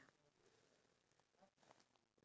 harder why